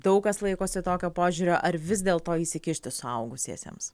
daug kas laikosi tokio požiūrio ar vis dėl to įsikišti suaugusiesiems